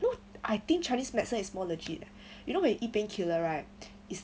no I think chinese medicine is more legit eh you know when he painkiller right is